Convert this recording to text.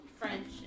French